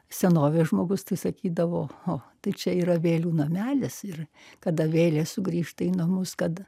senovės žmogus tai sakydavo o tai čia yra vėlių namelis ir kada vėlės sugrįžta į namus kad